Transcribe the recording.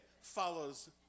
follows